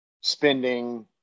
spending